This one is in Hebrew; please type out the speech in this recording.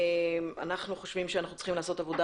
אנחנו חושבים שאנחנו צריכים לעשות עבודה